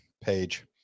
page